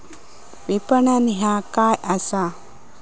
विपणन ह्या काय असा?